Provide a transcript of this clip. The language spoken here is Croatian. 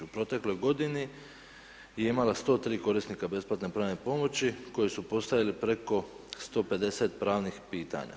U protekloj godini je imala 103 korisnika besplatne pravne pomoći, koji su postavili preko 150 pravnih pitanja.